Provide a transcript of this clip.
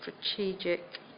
strategic